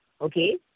okay